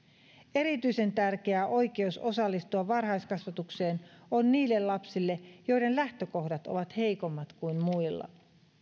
erityisen tärkeää oikeus osallistua varhaiskasvatukseen on niille lapsille joiden lähtökohdat ovat heikommat kuin muilla